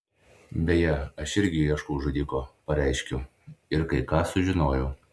beje aš irgi ieškau žudiko pareiškiau ir kai ką sužinojau